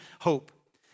hope